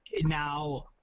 Now